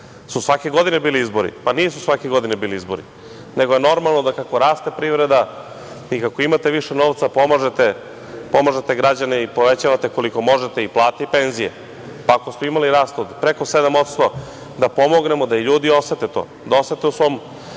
su svake godine bili izbori? Nisu svake godine bili izbori, nego je normalno da kako raste privreda i kako imate više novca pomažete građane i povećavate koliko možete i plate, i penzije. Pa, ako smo imali rast od preko 7% da pomognemo da i ljudi osete to, da osete u svom